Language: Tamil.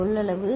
கொள்ளளவு